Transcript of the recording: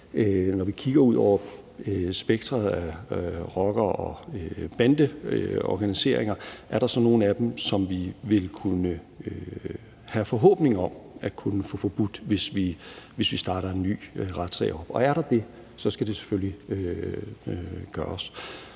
når vi kigger ud over spektret af rockere og bandeorganiseringer, så er nogen af dem, som vi ville kunne have forhåbninger om at kunne få gjort forbudt, hvis vi startede en ny retssag op. Er der det, skal det selvfølgelig gøres.